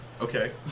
Okay